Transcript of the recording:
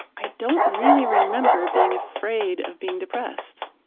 i don't really remember being afraid of being depressed.